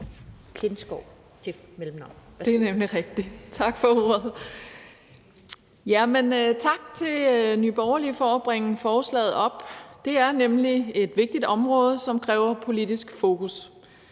Klintskov Jerkel (KF): Tak for ordet. Tak til Nye Borgerlige for at bringe forslaget op. Det er nemlig et vigtigt område, som kræver politisk fokus.